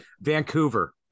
Vancouver